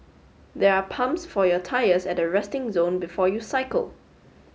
there are pumps for your tyres at the resting zone before you cycle